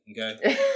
Okay